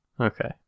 okay